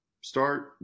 start